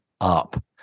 up